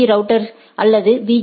பீ ரவுட்டர்கள் அல்லது பி